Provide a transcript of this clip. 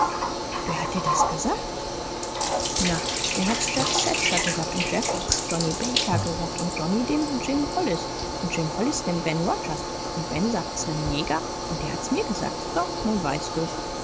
wer hat dir das gesagt na er hat's jeff thatcher gesagt und jeff hat's johnny baker gesagt und johnny dem jim hollis und jim hollis dem ben rogers und ben sagte's nem neger und der hat's mir gesagt so nun weißt du's